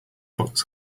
box